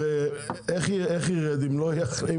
הרי איך ירד אם הוא לא יחנה?